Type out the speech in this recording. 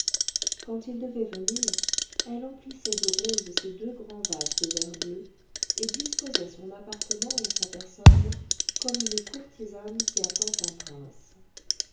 quand il devait venir elle emplissait de roses ses deux grands vases de verre bleu et disposait son appartement et sa personne comme une courtisane qui attend un prince